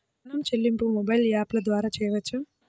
ఋణం చెల్లింపు మొబైల్ యాప్ల ద్వార చేయవచ్చా?